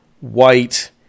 White